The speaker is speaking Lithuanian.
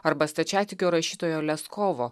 arba stačiatikių rašytojo leskovo